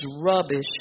rubbish